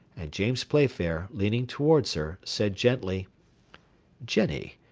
and james playfair, leaning towards her, said gently jenny,